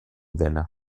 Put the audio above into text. dena